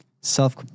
Self